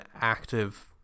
active